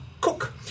cook